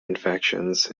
infections